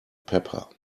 pepper